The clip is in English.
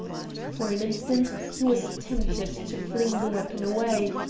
for an instant he was tempted to fling the weapon away,